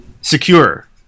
secure